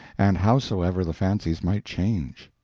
and howsoever the fancies might change.